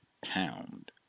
pound